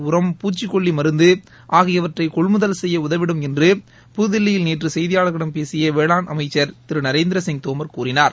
உரம் பூச்சிச்கொல்லி மருந்து ஆகியவற்றை கொள்முதல் செய்ய உதவிடும் என்று புதுதில்லியில் நேற்று கெய்தியாளர்களிடம் பேசிய வேளாண் அமைச்சர் திரு நரேந்திரசிங் தோமர் கூறினார்